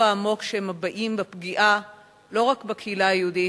העמוק שהם מביעים מהפגיעה לא רק בקהילה היהודית,